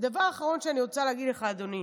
ודבר אחרון שאני רוצה להגיד לך, אדוני,